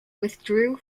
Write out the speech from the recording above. withdrew